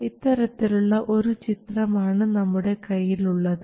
ഇത്തരത്തിലുള്ള ഒരു ചിത്രം ആണ് നമ്മുടെ കയ്യിൽ ഉള്ളത്